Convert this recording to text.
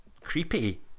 creepy